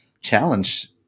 challenge